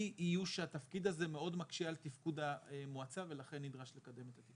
אי איוש התפקיד הזה מאוד מקשה על תפקוד המועצה ולכן נדרש לקדם את זה.